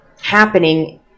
happening